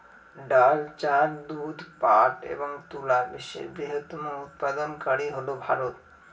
ডাল, চাল, দুধ, পাট এবং তুলা বিশ্বের বৃহত্তম উৎপাদনকারী হল ভারত